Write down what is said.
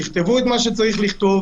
יכתבו את מה שצריך לכתוב